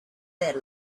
their